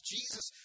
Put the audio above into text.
Jesus